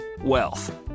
wealth